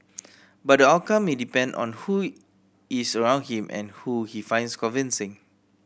but the outcome may depend on who is around him and who he finds convincing